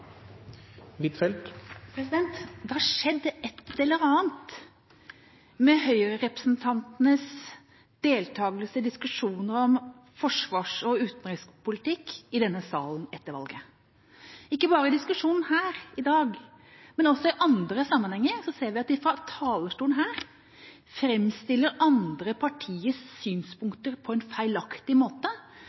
et eller annet med Høyre-representantenes deltakelse i diskusjoner om forsvars- og utenrikspolitikk i denne salen etter valget. Ikke bare i diskusjonen her i dag, men også i andre sammenhenger ser vi at de fra talerstolen framstiller andre partiers synspunkter på en feilaktig måte